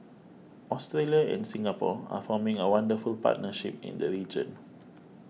Australia and Singapore are forming a wonderful partnership in the region